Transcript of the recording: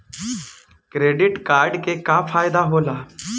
Credit card के का फायदा होला?